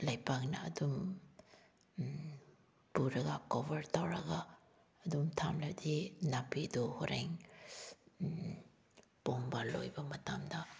ꯂꯩꯕꯥꯛꯅ ꯑꯗꯨꯝ ꯄꯨꯔꯒ ꯀꯣꯕꯔ ꯇꯧꯔꯒ ꯑꯗꯨꯝ ꯊꯝꯂꯗꯤ ꯅꯥꯄꯤꯗꯨ ꯍꯣꯔꯦꯟ ꯄꯣꯡꯕ ꯂꯣꯏꯕ ꯃꯇꯝꯗ